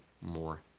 more